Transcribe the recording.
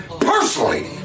personally